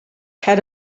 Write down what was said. had